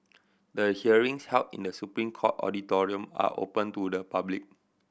the hearings held in The Supreme Court auditorium are open to the public